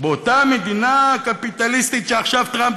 באותה מדינה קפיטליסטית שעכשיו טראמפ